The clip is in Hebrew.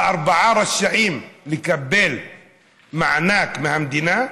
הארבעה רשאים לקבל מענק מהמדינה?